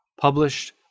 published